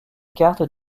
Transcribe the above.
carte